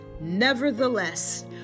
nevertheless